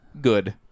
good